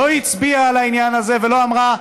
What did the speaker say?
לא הצביעה על העניין הזה ולא אמרה: